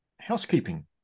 housekeeping